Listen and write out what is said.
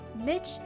Mitch